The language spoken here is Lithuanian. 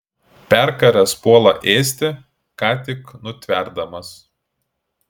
perkaręs puola ėsti ką tik nutverdamas